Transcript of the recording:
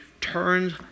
turns